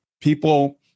people